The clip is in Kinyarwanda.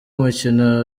imikino